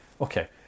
okay